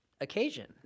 occasion